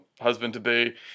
husband-to-be